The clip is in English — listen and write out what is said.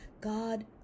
God